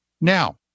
Now